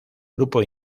grupo